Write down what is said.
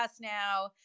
Now